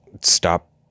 stop